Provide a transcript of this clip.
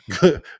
Good